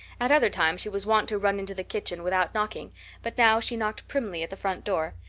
at other times she was wont to run into the kitchen without knocking but now she knocked primly at the front door.